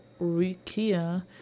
Rikia